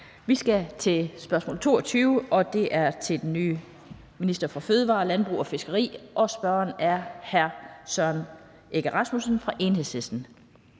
Vi skal til spørgsmål nr. 22, som er til den nye minister for fødevarer, landbrug og fiskeri, og spørgeren er hr. Søren Egge Rasmussen fra Enhedslisten.